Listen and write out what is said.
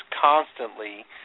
constantly